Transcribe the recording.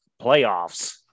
playoffs